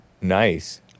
Nice